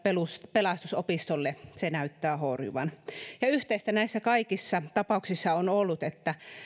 pelastusopistolle näyttää horjuvan yhteistä näissä kaikissa tapauksissa on ollut että